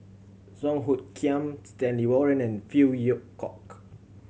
Song Hoot Kiam Stanley Warren and Phey Yew Kok